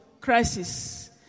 Crisis